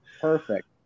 Perfect